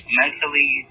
mentally